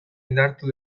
indartu